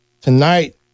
tonight